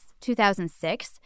2006